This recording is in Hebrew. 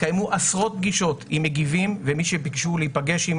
התקיימו עשרות פגישות עם מגיבים ומי שביקשו להיפגש.